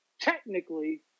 technically